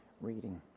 reading